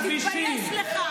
תתבייש לך.